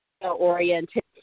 oriented